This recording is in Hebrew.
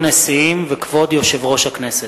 כבוד הנשיאים וכבוד יושב-ראש הכנסת!